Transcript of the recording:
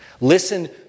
Listen